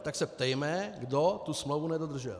Tak se ptejme, kdo tu smlouvu nedodržel.